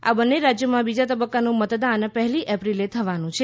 આ બંને રાજ્યોમાં બીજા તબક્કાનું મતદાન પહેલી એપ્રિલે થવાનું છે